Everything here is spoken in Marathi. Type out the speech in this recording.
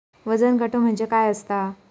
वजन काटो म्हणजे काय असता?